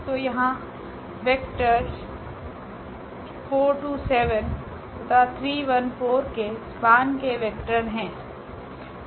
तो यहाँ vectors 4 2 7 T तथा 3 1 4 Tके स्पान के वेक्टर हैं